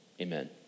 amen